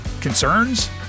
Concerns